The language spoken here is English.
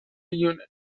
unit